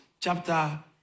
chapter